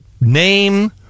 name